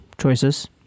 choices